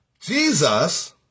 Jesus